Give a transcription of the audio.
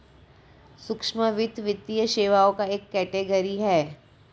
सूक्ष्म वित्त, वित्तीय सेवाओं का एक कैटेगरी है